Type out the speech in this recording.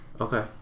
Okay